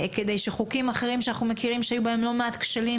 כדי שחוקים אחרים שאנחנו מכירים שהיו בהם לא מעט כשלים,